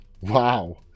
Wow